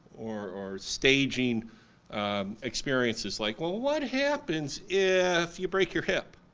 or staging experiences, like well what happens if you break your hip?